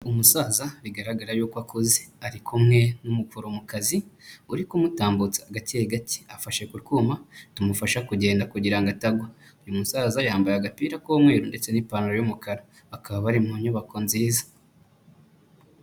Umusaza bigaragara yuko akuze, ari kumwe n'umuforomokazi uri kumutambutsa gake gake afashe ku twuma tumufasha kugenda kugira ngo atagwa, uyu musaza yambaye agapira k'umweru ndetse n'ipantaro y'umukara, bakaba bari mu nyubako nziza.